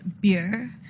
beer